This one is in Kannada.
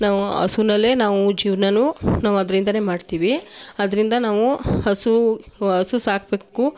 ನಾವು ಹಸುನಲ್ಲೇ ನಾವು ಜೀವನನೂ ನಾವು ಅದ್ರಿಂದಲೇ ಮಾಡ್ತೀವಿ ಅದರಿಂದ ನಾವು ಹಸು ಹಸು ಸಾಕಬೇಕು